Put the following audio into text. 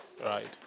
Right